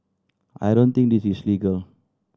I don't think this is legal